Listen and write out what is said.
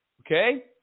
okay